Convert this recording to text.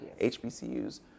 HBCUs